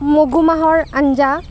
মগুমাহৰ আঞ্জা